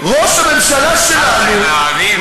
ראש הממשלה שלנו, התחלת כבר עם הערבים?